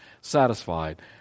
satisfied